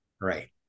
Right